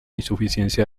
insuficiencia